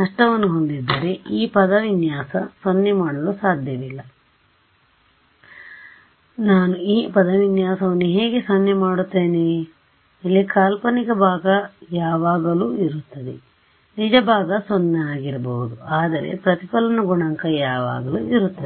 ನಷ್ಟವನ್ನು ಹೊಂದಿದ್ದರೆ ಈ ಪದವಿನ್ಯಾಸವನ್ನು 0 ಮಾಡಲು ಸಾಧ್ಯವಿಲ್ಲ ನಾನು ಈ ಪದವಿನ್ಯಾಸವನ್ನು ಹೇಗೆ 0 ಮಾಡುತ್ತೇನೆ ಇಲ್ಲಿ ಕಾಲ್ಪನಿಕ ಭಾಗಯಾವಾಗಲೂ ಇರುತ್ತದೆ ನಿಜ ಭಾಗ 0 ಆಗಿರಬಹುದು ಆದರೆ ಪ್ರತಿಫಲನ ಗುಣಾಂಕ ಯಾವಾಗಲೂ ಇರುತ್ತದೆ